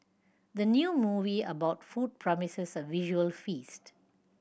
the new movie about food promises a visual feast